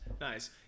Nice